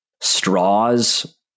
Straws